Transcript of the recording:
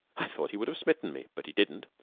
i thought he would have smitten me, but he didn't.